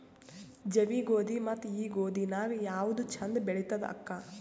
ಜವಿ ಗೋಧಿ ಮತ್ತ ಈ ಗೋಧಿ ನ್ಯಾಗ ಯಾವ್ದು ಛಂದ ಬೆಳಿತದ ಅಕ್ಕಾ?